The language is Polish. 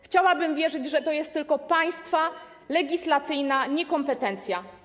Chciałabym wierzyć, że to jest tylko państwa legislacyjna niekompetencja.